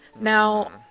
Now